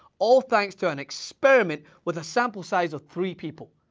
all thanks to an experiment with a sample size of three people.